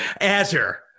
azure